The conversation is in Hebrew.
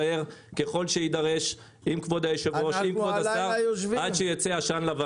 כל הזמן נותנים דוגמאות מהעולם על ענף ההטלה כי זה מאוד נוח,